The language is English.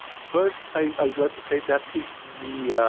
first, i would like to say that if we